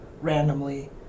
randomly